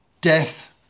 death